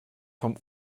vom